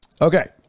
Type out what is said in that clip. Okay